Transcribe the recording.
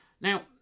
Now